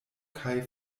kaj